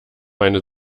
eine